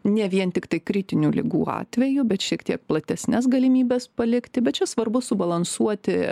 ne vien tiktai kritinių ligų atveju bet šiek tiek platesnes galimybes palikti bet čia svarbu subalansuoti